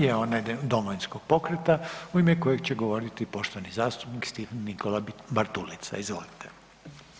je onaj Domovinskog pokreta u ime kojeg će govoriti poštovani zastupnik Stephen Nikola Bartulica, izvolite.